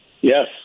Yes